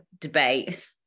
debate